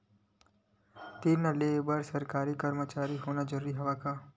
ऋण ले बर सरकारी कर्मचारी होना जरूरी हवय का?